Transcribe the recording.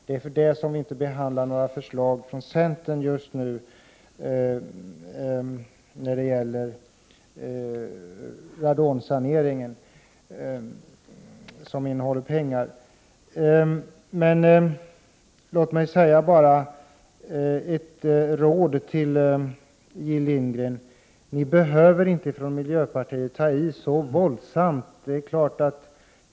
Det är bakgrunden till att vi just nu inte behandlar några medelsyrkanden från centern vad gäller radonsaneringen. Låt mig bara ge ett råd till Jill Lindgren: Ni från miljöpartiet behöver inte ta iså våldsamt.